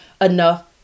enough